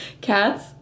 Cat's